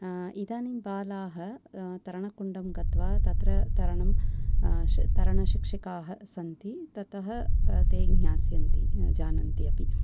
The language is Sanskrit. इदानीं बाला तरणकुण्डं गत्वा तत्र तरणं तरणशिकिक्षा सन्ति तत ते ज्ञास्यन्ति जानन्ति अपि